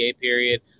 period